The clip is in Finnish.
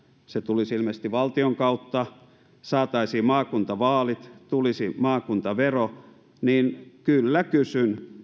se tulisi ilmeisesti valtion kautta saataisiin maakuntavaalit tulisi maakuntavero niin kyllä kysyn